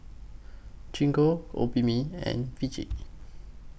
Gingko Obimin and Vichy